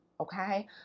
Okay